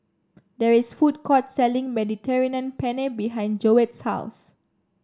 there is food court selling Mediterranean Penne behind Joette's house